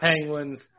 Penguins